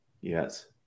Yes